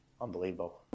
unbelievable